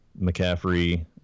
McCaffrey